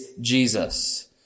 Jesus